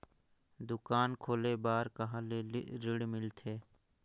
दुकान खोले बार कहा ले ऋण मिलथे?